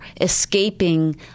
escaping